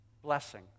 Blessing